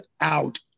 out